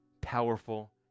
powerful